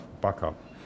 backup